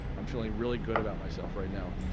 i'm feeling really good about myself right now.